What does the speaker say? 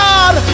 God